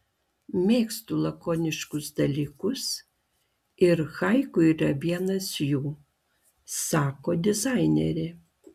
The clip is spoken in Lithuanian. mėgstu lakoniškus dalykus ir haiku yra vienas jų sako dizainerė